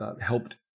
helped